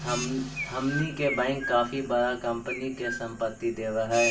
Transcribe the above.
हमनी के बैंक काफी बडा कंपनी के संपत्ति देवऽ हइ